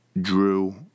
Drew